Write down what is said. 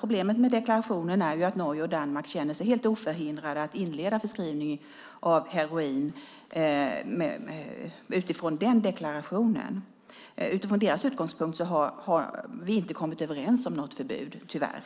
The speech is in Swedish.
Problemet med deklarationen är att Norge och Danmark känner sig helt oförhindrade att inleda förskrivning av heroin. Utifrån deras utgångspunkt har vi inte har kommit överens om något förbud, tyvärr.